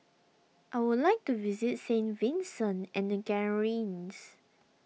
I would like to visit Saint Vincent and the Grenadines